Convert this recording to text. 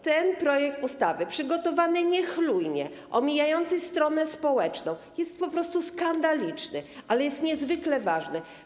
Ten projekt ustawy, przygotowany niechlujnie, omijający stronę społeczną, jest po prostu skandaliczny, ale jest niezwykle ważny.